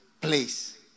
place